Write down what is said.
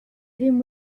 him